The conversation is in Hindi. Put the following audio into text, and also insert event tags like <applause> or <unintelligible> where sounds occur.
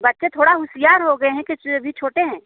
बच्चे थोड़ा होशियार हो गए हैं <unintelligible> अभी छोटे हैं